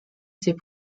ses